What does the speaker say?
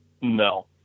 no